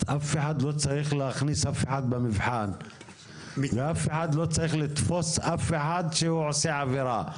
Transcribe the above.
לא צריך להכניס אנשים למבחן ואף אחד לא צריך לתפוס אחר שעושה עבירה.